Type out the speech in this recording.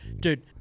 Dude